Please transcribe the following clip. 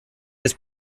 this